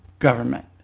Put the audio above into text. government